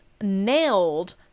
nailed